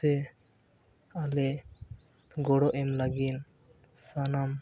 ᱥᱮ ᱟᱞᱮ ᱜᱚᱲᱚ ᱮᱢ ᱞᱟᱹᱜᱤᱫ ᱥᱟᱱᱟᱢ